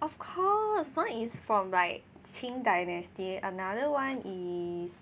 of course one is from like qing dynasty another one is